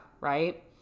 right